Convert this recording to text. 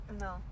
No